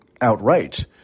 outright